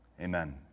Amen